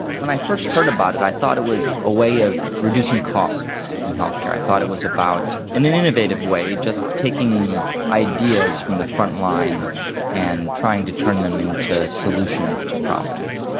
when i first heard about it i thought it was a way of reducing costs in healthcare, i thought it was about, in an innovative way, just taking ideas from the front-line and trying to turn them into solutions to problems.